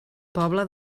pobla